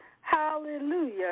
hallelujah